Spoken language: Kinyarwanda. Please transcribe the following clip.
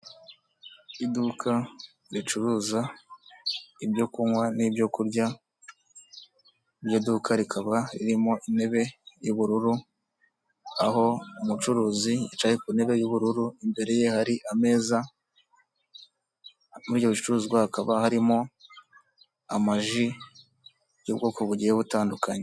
Iduka ricuruza ibyo kunywa, n'ibyo kurya, iryo duka rikaba ririmo intebe y,ubururu, aho umucuruzi yicaye ku ntebe y'ubururu, imbere ye hari ameza, muri ibyo bicuruzwa hakaba harimo amaji, y'ubwoko bugiye butandukanye.